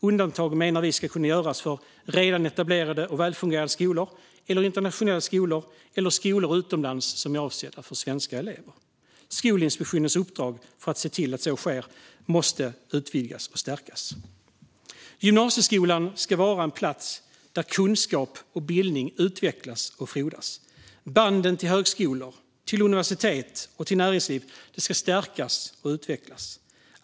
Undantag ska, menar vi, kunna göras för redan etablerade och välfungerande skolor, internationella skolor och skolor utomlands som är avsedda för svenska elever. Skolinspektionens uppdrag att se till att så sker måste utvidgas och stärkas. Gymnasieskolan ska vara en plats där kunskap och bildning utvecklas och frodas. Banden till högskolor, universitet och näringsliv ska stärkas och utvecklas.